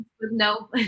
no